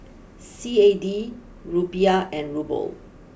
C A D Rupiah and Ruble